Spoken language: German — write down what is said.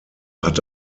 hat